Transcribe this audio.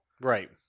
Right